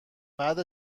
بعد